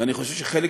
ואני חושב שחלק